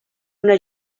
una